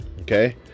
okay